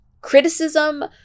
criticism